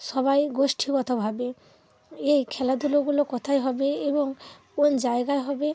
সবাই গোষ্ঠীগতভাবে এই খেলাধুলোগুলো কোথায় হবে এবং কোন জায়গায় হবে